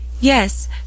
Yes